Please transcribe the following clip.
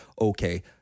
Okay